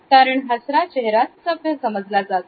कारण हसरा चेहरा सभ्य समजला जातो